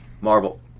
Marvel